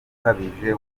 ukabije